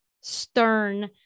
stern